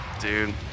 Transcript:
Dude